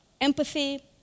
empathy